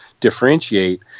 differentiate